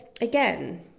again